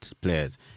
players